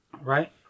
right